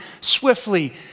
swiftly